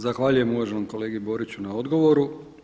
Zahvaljujem uvaženom kolegi Boriću na odgovoru.